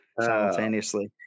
simultaneously